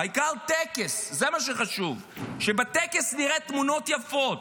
העיקר טקס, זה מה שחשוב, שבטקס נראה תמונות יפות.